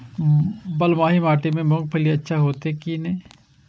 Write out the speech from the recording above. बलवाही माटी में मूंगफली अच्छा होते की ने?